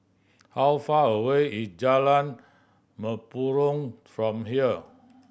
how far away is Jalan Mempurong from here